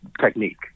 technique